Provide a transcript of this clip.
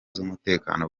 z’umutekano